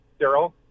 Daryl